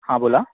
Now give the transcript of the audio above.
हां बोला